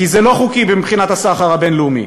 כי זה לא חוקי מבחינת הסחר הבין-לאומי.